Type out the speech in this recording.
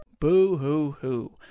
Boo-hoo-hoo